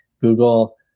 Google